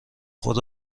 خود